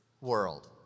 world